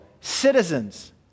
citizens